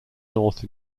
north